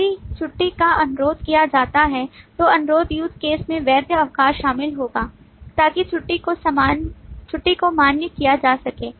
यदि छुट्टी का अनुरोध किया जाता है तो अनुरोध USE CASE में वैध अवकाश शामिल होगा ताकि छुट्टी को मान्य किया जा सके